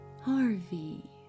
Harvey